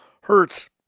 hurts